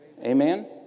Amen